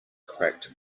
cracked